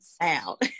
out